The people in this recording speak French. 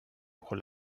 pour